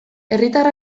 herritar